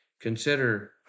Consider